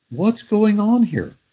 what's going on here?